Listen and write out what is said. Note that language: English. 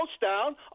down